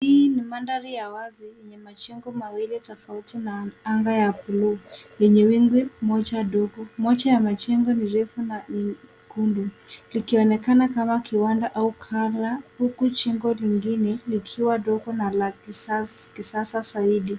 Hii ni mandhari ya wazi yenye majengo mawili tofauti na anga ya bluu lenye wingu moja dogo. Moja ya majengo ni refu na nyekundu likionekana kama kiwanda au ghala huku jengo lingine likiwa dogo na la kisasa zaidi.